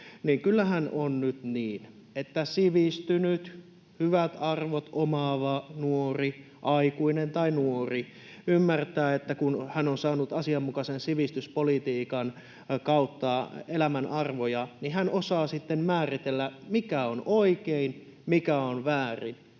Kyllähän on nyt niin, että sivistynyt, hyvät arvot omaava nuori, aikuinen tai nuori, ymmärtää, että kun hän on saanut asianmukaisen sivistyspolitiikan kautta elämänarvoja, niin hän osaa sitten määritellä, mikä on oikein, mikä on väärin,